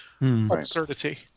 absurdity